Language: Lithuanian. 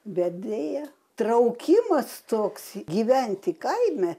bet deja traukimas toks gyventi kaime